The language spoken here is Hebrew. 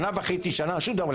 שנה וחצי ושנה ושום דבר.